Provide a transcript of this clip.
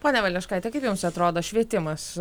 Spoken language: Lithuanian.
ponia valeškaite kaip jums atrodo švietimas